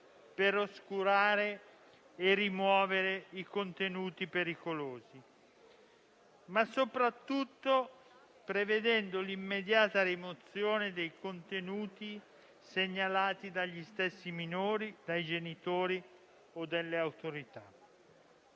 per oscurare e rimuovere i contenuti pericolosi, ma soprattutto prevedendo l'immediata rimozione dei contenuti segnalati dagli stessi minori, dai genitori o dalle autorità.